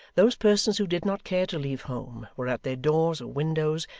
those persons who did not care to leave home, were at their doors or windows,